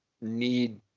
need